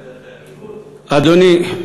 אדוני,